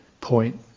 point